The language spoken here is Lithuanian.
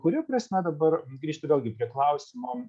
kuria prasme dabar grįžtu vėlgi prie klausimo